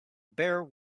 bare